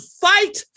fight